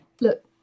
Look